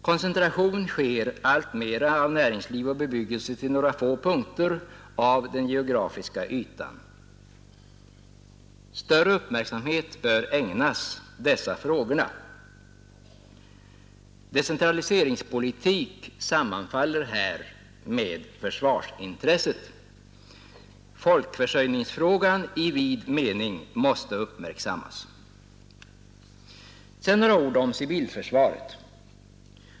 Koncentration sker alltmer av näringsliv och bebyggelse till några få punkter av den geografiska ytan. Större uppmärksamhet bör ägnas dessa frågor. Decentraliseringspolitik sammanfaller här med försvarsintresset. Folkförsörjningsfrågorna i vid mening måste uppmärksammas. Sedan några ord om civilförsvaret.